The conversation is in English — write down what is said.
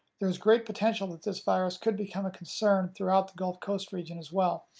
there is great potential that this virus could become a concern throughout the gulf coast region as well.